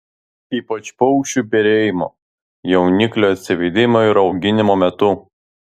ypač paukščių perėjimo jauniklių atsivedimo ir auginimo metu